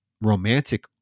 romantic